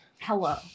Hello